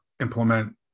implement